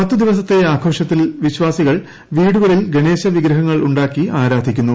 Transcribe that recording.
പത്ത് ദിവസത്തെ ആഘോഷത്തിൽ വിശ്വാസികൾ വീടുകളിൽ ഗണേശവിഗ്രഹങ്ങളുണ്ടാക്കി ആരാധിക്കുന്നു